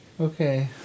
Okay